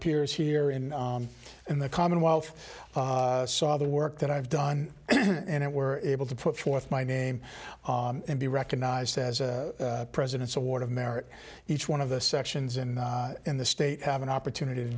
peers here in in the commonwealth saw the work that i've done and it were able to put forth my name and be recognized as a president's award of merit each one of the sections and in the state have an opportunity to